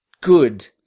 good